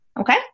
okay